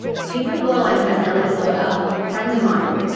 people with borderline personality disorder, friends of mine,